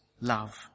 love